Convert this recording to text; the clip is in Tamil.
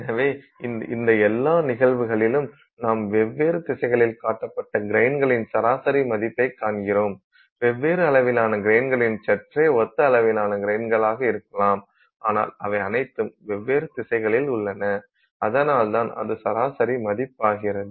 எனவே இந்த எல்லா நிகழ்வுகளிலும் நாம் வெவ்வேறு திசைகளில் காட்டப்பட்ட கிரைன்களின் சராசரி மதிப்பைக் காண்கிறோம் வெவ்வேறு அளவிலான கிரைன்கள் சற்றே ஒத்த அளவிலான கிரைன்களாக இருக்கலாம் ஆனால் அவை அனைத்தும் வெவ்வேறு திசைகளில் உள்ளன அதனால்தான் அது சராசரி மதிப்பாகிறது